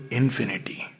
infinity